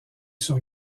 sur